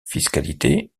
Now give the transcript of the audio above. fiscalité